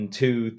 two